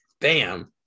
bam